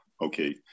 Okay